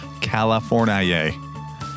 california